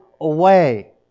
away